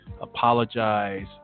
apologize